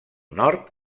nord